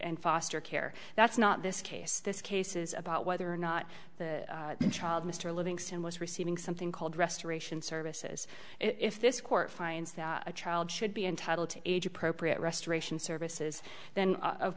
and foster care that's not this case this case is about whether or not the child mr livingston was receiving something called restoration services if this court finds that a child should be entitled to age appropriate restoration services then of